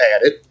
added